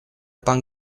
пан